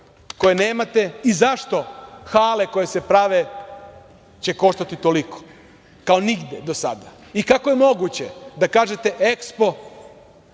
koje nemate. Zašto hale koje se prave će koštati toliko, kao nigde do sada? Kako je moguće da kažete EKSPO